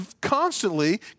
constantly